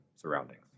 surroundings